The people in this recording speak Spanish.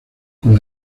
con